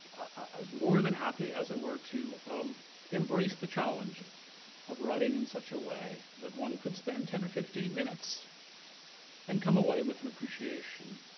i was more than happy as it were, to um embrace the challenge of writing in such a way that one could spend ten or fifteen minutes and come away with an appreciation